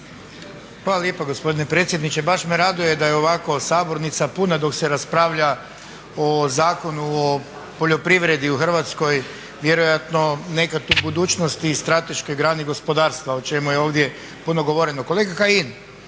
Hvala lijepa gospodine predsjedniče. Baš me raduje da je ovako sabornica puna dok se raspravlja o Zakonu o poljoprivredi u Hrvatskoj, vjerojatno nekad u budućnosti i strateškoj grani gospodarstva o čemu je ovdje puno govoreno. Kolega Kajin